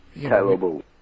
Terrible